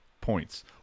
points